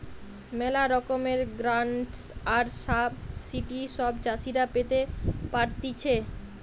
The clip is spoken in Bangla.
ম্যালা রকমের গ্রান্টস আর সাবসিডি সব চাষীরা পেতে পারতিছে